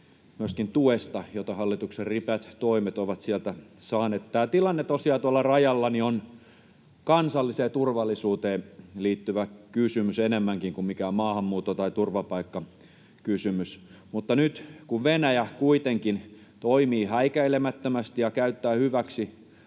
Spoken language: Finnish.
tuesta, jota hallituksen ripeät toimet ovat sieltä saaneet. Tämä tilanne tosiaan tuolla rajalla on kansalliseen turvallisuuteen liittyvä kysymys enemmänkin kuin mikään maahanmuutto- tai turvapaikkakysymys. Mutta nyt kun Venäjä kuitenkin toimii häikäilemättömästi ja käyttää hyväksi